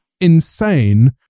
insane